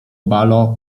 balo